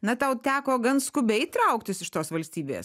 na tau teko gan skubiai trauktis iš tos valstybės